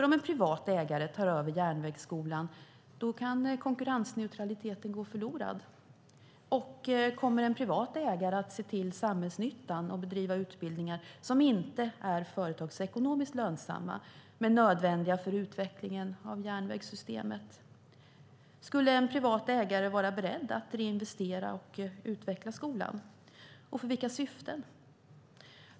Om en privat ägare tar över Järnvägsskolan kan konkurrensneutraliteten gå förlorad. Kommer en privat ägare att se till samhällsnyttan och bedriva utbildningar som inte är företagsekonomiskt lönsamma men nödvändiga för utvecklingen av järnvägssystemet? Skulle en privat ägare vara beredd att reinvestera och utveckla skolan, och för vilka syften?